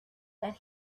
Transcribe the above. that